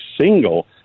single